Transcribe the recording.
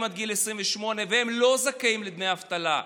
עד גיל 28 והם לא זכאים לדמי אבטלה.